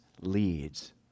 leads